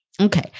Okay